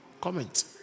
comment